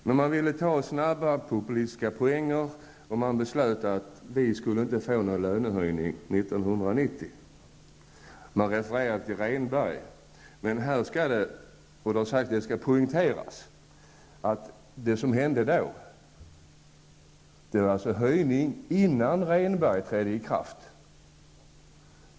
Men de ville ta snabba, populistiska poäng och beslöt att vi inte skulle få någon lönehöjning Men här skall det poängteras att beslutet om höjningen hade fattats innan Rehnbergsavtalet trädde i kraft.